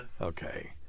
Okay